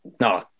no